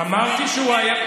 אמרתי שהוא היה,